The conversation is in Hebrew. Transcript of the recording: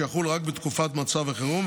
שיחול רק בתקופת מצב החירום,